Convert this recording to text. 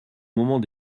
moment